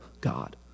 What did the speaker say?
God